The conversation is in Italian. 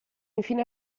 infine